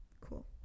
Cool